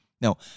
Now